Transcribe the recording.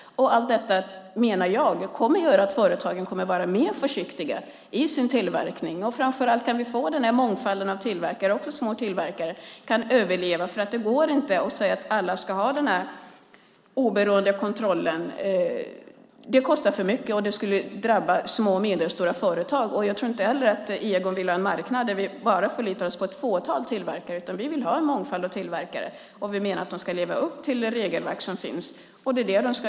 Allt detta menar jag kommer att göra att företagen kommer att vara mer försiktiga i sin tillverkning. Framför allt kan vi få denna mångfald av tillverkare, också små tillverkare, att kunna överleva, för det går inte att säga att alla ska göra denna oberoende kontroll. Det kostar för mycket och skulle drabba små och medelstora företag. Och jag tror inte att Egon Frid heller vill ha en marknad som bara förlitar sig på ett fåtal tillverkare. Vi vill ha en mångfald av tillverkare, och vi menar att de ska leva upp till de regelverk som finns.